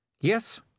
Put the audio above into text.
Yes